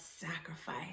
sacrifice